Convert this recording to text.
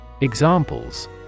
Examples